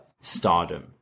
stardom